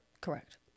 Correct